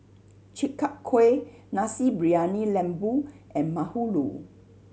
Chi Kak Kuih Nasi Briyani Lembu and bahulu